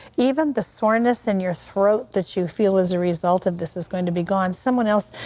even the soreness in your throat, that you feel is a result of this is going to be gone, someone else,